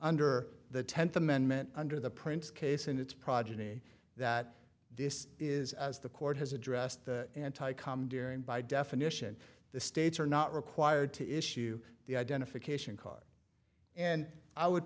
under the tenth amendment under the prince case and its progeny that this is as the court has addressed the anti com darian by definition the states are not required to issue the identification card and i would